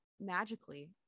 magically